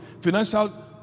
financial